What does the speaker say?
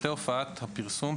פרטי הופעת הפרסום,